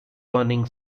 earning